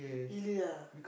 really ah